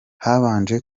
habanje